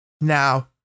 now